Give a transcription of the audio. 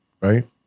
right